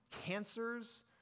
cancers